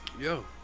Yo